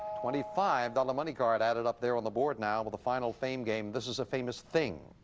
twenty five dollars money card added up there on the board now with the final fame game. this is a famous thing.